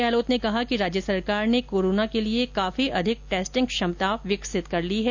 गहलोत ने कहा कि राज्य सरकार ने कोरोना के लिए काफी अधिक टेस्टिंग क्षमता विकसित कर ली है